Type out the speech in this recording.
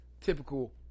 typical